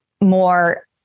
more